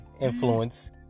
influence